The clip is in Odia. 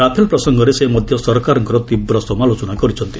ରାଫେଲ୍ ପ୍ରସଙ୍ଗରେ ସେ ମଧ୍ୟ ସରକାରଙ୍କର ତୀବ୍ର ସମାଲୋଚନା କରିଛନ୍ତି